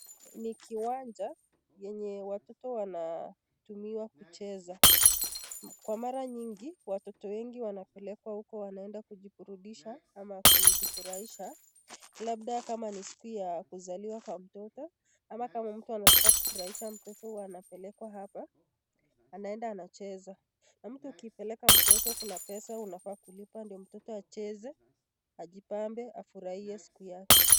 Ni kiwanja yenye watoto wanatumia kucheza. Kwa mara nyingi watoto wanapelekwa huko wanaenda kujiburudisha ama kujifurahisha labda kama ni siku ya kuzaliwa kwa mtoto ama kama mtu anataka kufurahisha mtoto huwa anapelekwa hapa anaenda anacheza. Na mtu ukipeleka mtoto kuna pesa unafaa kulipa ndio mtoto acheze ajibambe afurahie siku yake.